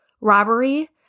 robbery